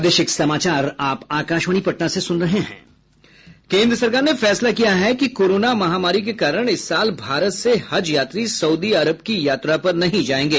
केंद्र सरकार ने फैसला किया है कि कोरोना महामारी के कारण इस साल भारत से हज यात्री सउदी अरब की यात्रा पर नहीं जाएंगे